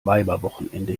weiberwochenende